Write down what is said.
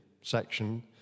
section